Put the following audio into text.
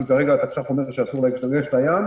כי כרגע התקש"ח אומר שאסור להשתמש בים.